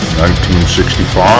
1965